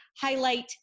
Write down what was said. highlight